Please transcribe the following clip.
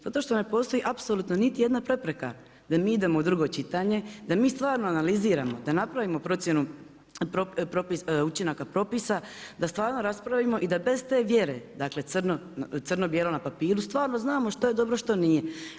Zato što ne postoji apsolutno niti jedna prepreka da mi idemo u drugo čitanje, da mi stvarno analiziramo, da napravimo procjenu učinaka propisa, da stvarno raspravimo i da bez te vjere, dakle crno bijelo na papiru stvarno znamo što je dobro, što nije.